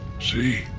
See